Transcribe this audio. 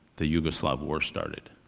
the yugoslav war started.